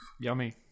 Yummy